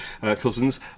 cousins